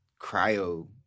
cryo